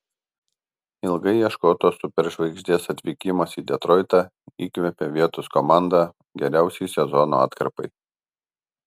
ilgai ieškotos superžvaigždės atvykimas į detroitą įkvėpė vietos komandą geriausiai sezono atkarpai